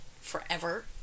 forever